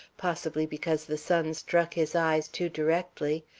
possibly because the sun struck his eyes too directly,